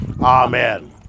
Amen